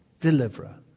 deliverer